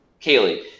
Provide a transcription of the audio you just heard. Kaylee